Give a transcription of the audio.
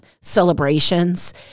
celebrations